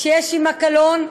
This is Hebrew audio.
שיש עמה קלון,